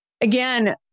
again